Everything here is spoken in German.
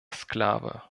sklave